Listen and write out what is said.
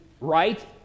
right